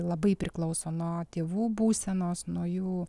labai priklauso nuo tėvų būsenos nuo jų